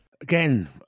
Again